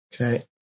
okay